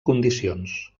condicions